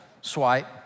swipe